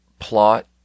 plot